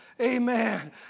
Amen